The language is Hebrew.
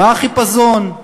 מה החיפזון?